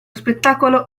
spettacolo